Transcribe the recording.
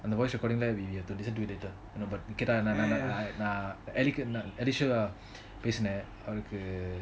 and the voice recording you have to listen to it later கேட்ட நான் நான் நான் பேசுனன் அவருக்கு:keata naan naan naan peasunan avaruku